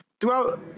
throughout